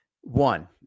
One